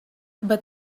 but